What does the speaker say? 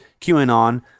QAnon